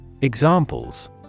Examples